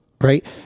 right